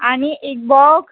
आणि एक बॉक्स